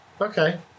Okay